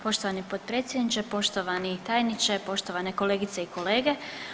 Poštovani potpredsjedniče, poštovani tajniče, poštovane kolegice i kolege.